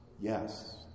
Yes